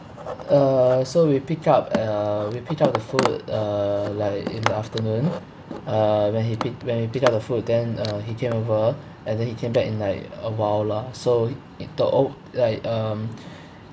uh so we pick up uh we pick up the food uh like in the afternoon uh when he pick when he picked up the food then uh he came over and then he came back in like awhile lah so he he took oh like um